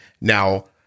Now